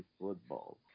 football